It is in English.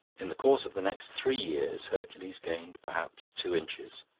in the course of the next three years hercules gained perhaps two inches.